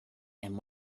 and